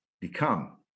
become